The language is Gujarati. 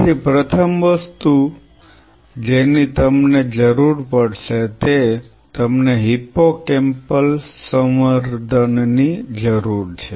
તેથી પ્રથમ વસ્તુ જેની તમને જરૂર પડશે તે તમને હિપ્પોકેમ્પલ સંવર્ધન ની જરૂર છે